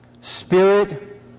spirit